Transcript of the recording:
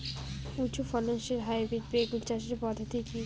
উচ্চ ফলনশীল হাইব্রিড বেগুন চাষের পদ্ধতি কী?